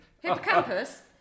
hippocampus